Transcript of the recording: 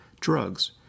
drugs